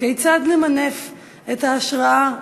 כיצד נמנף את ההשראה,